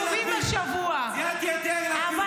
ציירתי את יאיר לפיד,